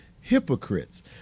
hypocrites